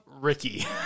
Ricky